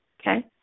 okay